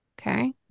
okay